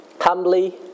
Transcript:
humbly